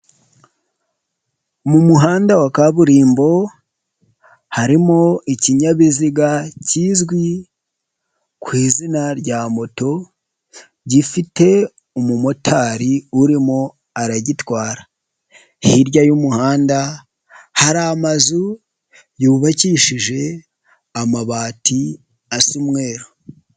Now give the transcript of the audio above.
Mu muhanda wa kaburimbo, harimo ikinyabiziga kizwi ku izina rya moto, gifite umumotari urimo aragitwara, hirya y'umuhanda hari amazu yubakishije amabati asa umweru.